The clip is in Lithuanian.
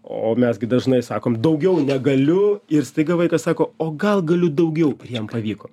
o mes gi dažnai sakom daugiau negaliu ir staiga vaikas sako o gal galiu daugiau ir jam pavyko